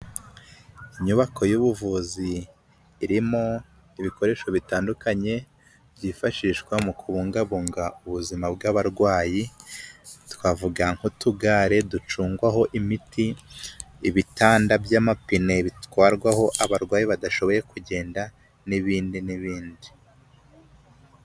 Inyubako y'ubuvuzi irimo ibikoresho bitandukanye byifashishwa mu kubungabunga ubuzima bw'abarwayi, twavuga nk'utugare ducungwaho imiti, ibitanda by'amapine bitwarwaho abarwayi badashoboye kugenda n'ibindi n'ibindi.